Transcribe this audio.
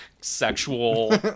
sexual